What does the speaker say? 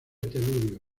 telurio